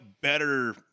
better